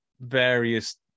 various